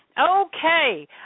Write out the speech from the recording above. Okay